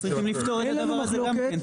צריך לפתור את הדבר הזה גם כן.